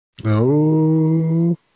No